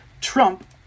Trump